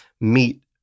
meet